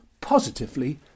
positively